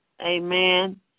amen